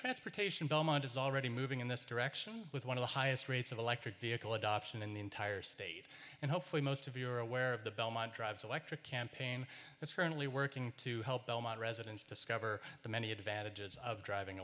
transportation belmont is already moving in this direction with one of the highest rates of electric vehicle adoption in the entire state and hopefully most of you are aware of the belmont drive's electric campaign that's currently working to help belmont residents discover the many advantages of driving